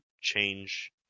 change